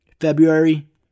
February